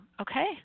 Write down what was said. Okay